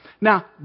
Now